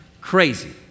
crazy